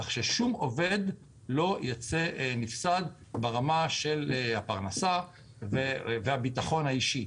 כך ששום עובד לא ייצא מופסד ברמת הפרנסה והביטחון האישי.